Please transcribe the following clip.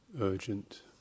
urgent